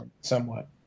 somewhat